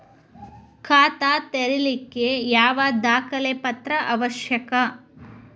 ಖಾತಾ ತೆರಿಲಿಕ್ಕೆ ಯಾವ ದಾಖಲೆ ಪತ್ರ ಅವಶ್ಯಕ?